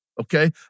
okay